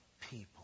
people